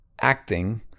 acting